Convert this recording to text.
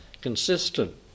consistent